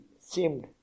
seemed